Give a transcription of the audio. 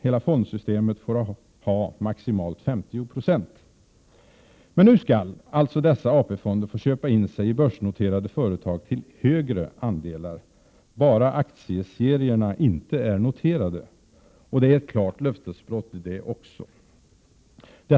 Hela fondsystemet får ha maximalt 50 96. Nu skall alltså dessa AP-fonder få köpa in sig i börsnoterade bolag till högre andelar, bara aktieserierna inte är noterade. Det är ett klart löftesbrott det också!